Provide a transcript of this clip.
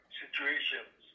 situations